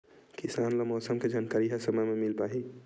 किसान ल मौसम के जानकारी ह समय म मिल पाही?